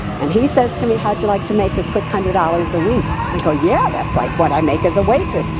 and he says to me, how'd you like to make a quick one hundred dollars a week? and go, yeah, that's like what i make as a waitress.